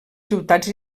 ciutats